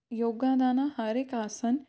ਯੋਗਾ ਦਾ ਨਾ ਹਰ ਇੱਕ ਆਸਨ